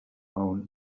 own